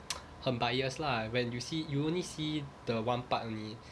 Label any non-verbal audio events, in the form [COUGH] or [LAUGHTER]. [NOISE] 很 biased lah when you see you only see the one part only